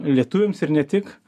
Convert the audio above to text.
lietuviams ir ne tik